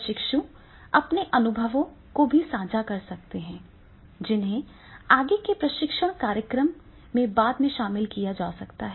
प्रशिक्षु अपने अनुभवों को भी साझा कर सकते हैं जिन्हें आगे के प्रशिक्षण कार्यक्रम में बाद में शामिल किया जा सकता है